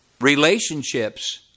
Relationships